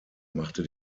machte